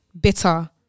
bitter